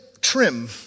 trim